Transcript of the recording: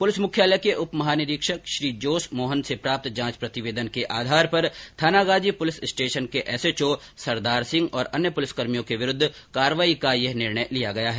police मुख्यालय के उप महानिरीक्षक श्री जोस मोहन से प्राप्त जांच प्रतिवेदन के आधार पर थानागाजी पुलिस स्टेशन के एसएचओ सरदार सिंह और अन्य पुलिसकर्मियों के विरूद्व कार्यवाही का यह निर्णय लिया गया है